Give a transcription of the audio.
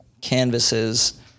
canvases